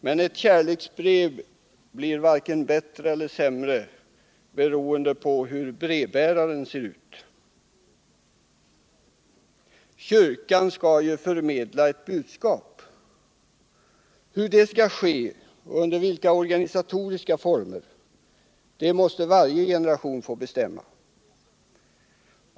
Men ett kärleksbrev blir varken bättre eller sämre av hur brevbäraren ser ut. Kyrkan skall ju förmedla ett budskap. Hur och under vilka organisatoriska former det skall ske måste varje generation få bestämma.